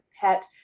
PET